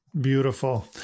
Beautiful